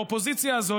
האופוזיציה הזאת,